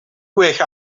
well